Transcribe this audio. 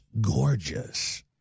gorgeous